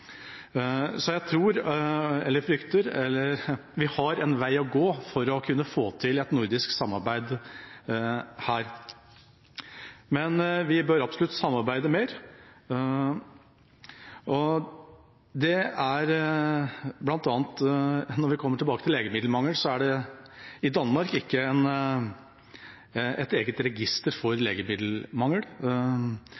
Så jeg tror – eller frykter – at vi har en vei å gå for å kunne få til et nordisk samarbeid her. Men vi bør absolutt samarbeide mer. I Danmark er det ikke et eget register for legemiddelmangel. I nordisk sammenheng har vi ikke en felles definisjon for